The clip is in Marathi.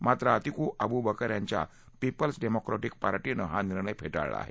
मात्र अतिकू अबु बकर यांच्या पिपल्स डेमोक्रॅटिक पार्टीनं हा निर्णय फेटाळला आहे